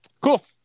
Cool